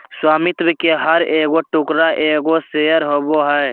स्वामित्व के हर एगो टुकड़ा एगो शेयर होबो हइ